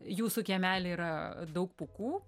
jūsų kiemely yra daug pūkų